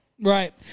Right